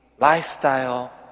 lifestyle